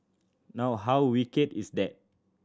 now how wicked is that